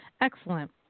Excellent